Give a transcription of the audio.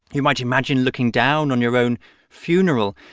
you might imagine looking down on your own funeral.